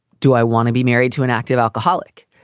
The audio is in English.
do i want to be married to an active alcoholic?